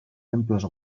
templos